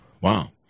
Wow